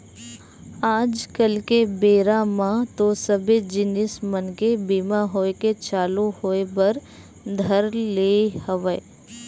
आज कल के बेरा म तो सबे जिनिस मन के बीमा होय के चालू होय बर धर ले हवय